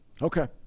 Okay